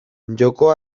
joko